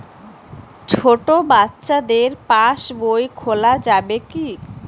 ছোট বাচ্চাদের পাশবই খোলা যাবে কি?